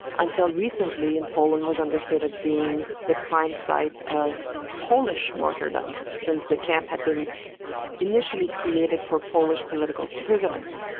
until recently in poland was understood as being the prime site of polish martyrdom, since the camp had been initially created for polish political prisoners.